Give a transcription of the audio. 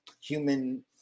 human